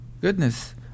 goodness